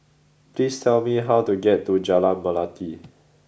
please tell me how to get to Jalan Melati